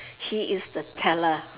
he is the teller